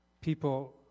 people